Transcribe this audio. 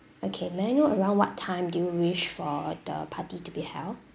okay may I know around what time do you wish for the party to be held